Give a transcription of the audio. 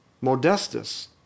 Modestus